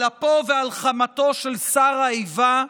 על אפו ועל חמתו של שר האיבה,